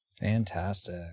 Fantastic